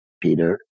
Peter